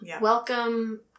welcome